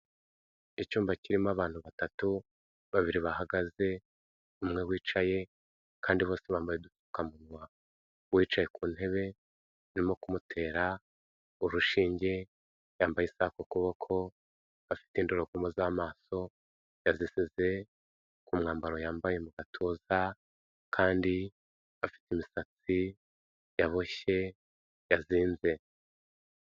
Icyumba kirimo abantu batatu, babiri bahagaze, umwe wicaye kandi bose bambaye udupfukamuwa, uwicaye ku ntebe barimo kumutera urushinge, yambaye isaha ku kuboko, afite indorerwamo z'amaso, yazisize ku mwambaro yambaye mu gatuza kandi afite imisatsi yaboshye, yazinze.